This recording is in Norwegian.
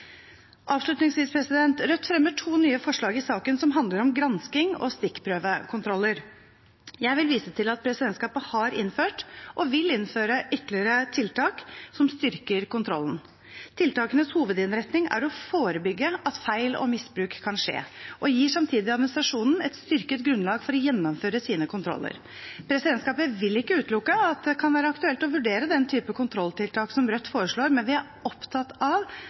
Rødt fremmer to nye forslag i saken som handler om gransking og stikkprøvekontroller. Jeg vil vise til at presidentskapet har innført og vil innføre ytterligere tiltak som styrker kontrollen. Tiltakenes hovedinnretning er å forebygge at feil og misbruk kan skje, og gir samtidig administrasjonen et styrket grunnlag for å gjennomføre sine kontroller. Presidentskapet vil ikke utelukke at det kan være aktuelt å vurdere den typen kontrolltiltak som Rødt foreslår, men vi er opptatt av